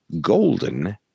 golden